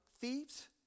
thieves